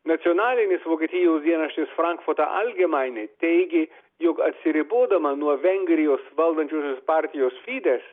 nacionalinis vokietijos dienraštis frankfurto algemainė teigė jog atsiribodama nuo vengrijos valdančiosios partijos fidez